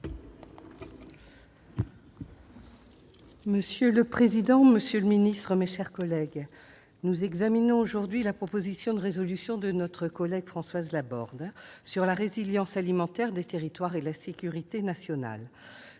Monsieur le président, monsieur le ministre, mes chers collègues, nous examinons aujourd'hui la proposition de résolution de notre collègue Françoise Laborde sur la résilience alimentaire des territoires et la sécurité nationale.